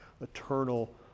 eternal